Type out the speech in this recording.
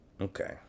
Okay